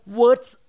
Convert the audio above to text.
words